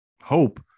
hope